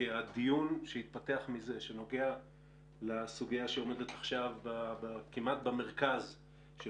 כי הדיון שיתפתח מזה נוגע לסוגיה שעומדת עכשיו כמעט במרכז של